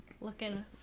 looking